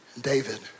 David